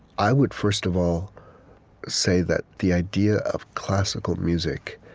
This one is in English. i would first of all say that the idea of classical music,